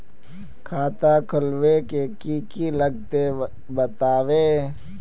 खाता खोलवे के की की लगते बतावे?